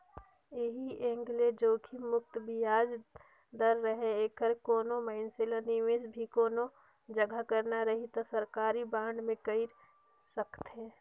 ऐही एंग ले जोखिम मुक्त बियाज दर रहें ऐखर कोनो मइनसे ल निवेस भी कोनो जघा करना रही त सरकारी बांड मे कइर सकथे